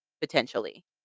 potentially